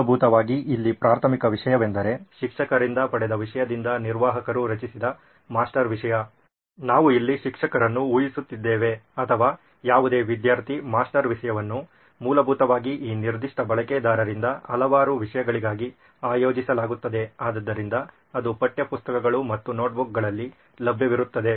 ಮೂಲಭೂತವಾಗಿ ಇಲ್ಲಿ ಪ್ರಾಥಮಿಕ ವಿಷಯವೆಂದರೆ ಶಿಕ್ಷಕರಿಂದ ಪಡೆದ ವಿಷಯದಿಂದ ನಿರ್ವಾಹಕರು ರಚಿಸಿದ ಮಾಸ್ಟರ್ ವಿಷಯ ನಾವು ಇಲ್ಲಿ ಶಿಕ್ಷಕರನ್ನು ಊಹಿಸುತ್ತಿದ್ದೇವೆ ಅಥವಾ ಯಾವುದೇ ವಿದ್ಯಾರ್ಥಿ ಮಾಸ್ಟರ್ ವಿಷಯವನ್ನು ಮೂಲಭೂತವಾಗಿ ಈ ನಿರ್ದಿಷ್ಟ ಬಳಕೆದಾರರಿಂದ ಹಲವಾರು ವಿಷಯಗಳಾಗಿ ಆಯೋಜಿಸಲಾಗುತ್ತದೆ ಆದ್ದರಿಂದ ಅದು ಪಠ್ಯಪುಸ್ತಕಗಳು ಮತ್ತು ನೋಟ್ಬುಕ್ಗಳಲ್ಲಿ ಲಭ್ಯವಿರುತ್ತದೆ